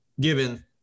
given